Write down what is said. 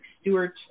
Stewart